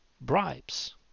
bribes